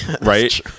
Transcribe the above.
right